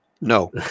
no